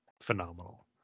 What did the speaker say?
phenomenal